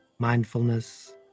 mindfulness